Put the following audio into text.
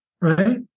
right